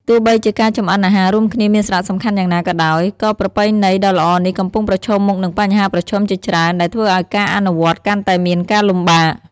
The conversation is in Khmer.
ទោះបីជាការចម្អិនអាហាររួមគ្នាមានសារៈសំខាន់យ៉ាងណាក៏ដោយ ក៏ប្រពៃណីដ៏ល្អនេះកំពុងប្រឈមមុខនឹងបញ្ហាប្រឈមជាច្រើនដែលធ្វើឱ្យការអនុវត្តកាន់តែមានការលំបាក ។